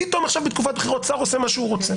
פתאום עכשיו בתקופת בחירות שר עושה מה שהוא רוצה.